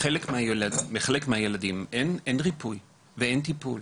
לחלק מהילדים אין ריפוי ואין טיפול.